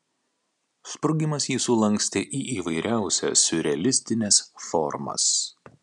sprogimas jį sulankstė į įvairiausias siurrealistines formas